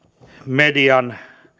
median